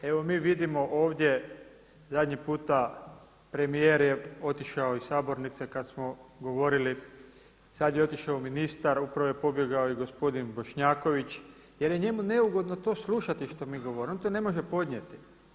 Evo mi vidimo ovdje zadnji puta premijer je otišao iz sabornice kada smo govoriti, sad je otišao ministar, upravo je pobjegao i gospodin Bošnjaković jer je njemu neugodno to slušati što mi govorimo, on to ne može podnijeti.